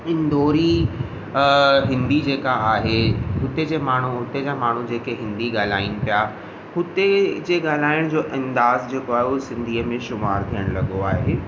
इंदौरी हिंदी जेका आहे हुते जे माण्हू हुते जा माण्हू जेके हिंदी ॻाल्हाइनि पिया हुते जे ॻाल्हाइण जो अंदाज़ु जेको आहे उहो सिंधीअ में शुमारु थियणु लॻो आहे